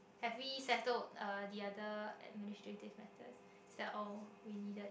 have we settle uh the other administrative letters is that all we needed